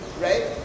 right